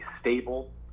stable